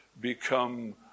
become